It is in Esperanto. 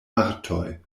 artoj